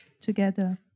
together